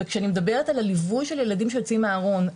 וכשאני מדברת על הליווי של ילדים שיוצאים מהארון,